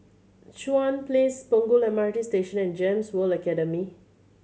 Chuan Place Punggol M R T Station and GEMS World Academy